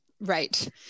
Right